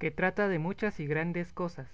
que trata de muchas y grandes cosas